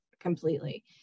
completely